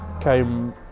came